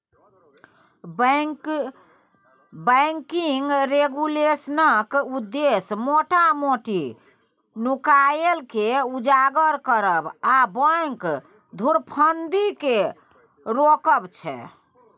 banking रेगुलेशनक उद्देश्य मोटा मोटी नुकाएल केँ उजागर करब आ बैंक धुरफंदी केँ रोकब छै